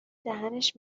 دهنش